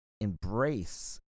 embrace